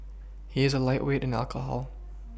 he is a lightweight in alcohol